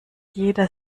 jeder